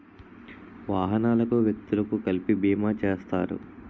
వాహనాలకు వ్యక్తులకు కలిపి బీమా చేస్తారు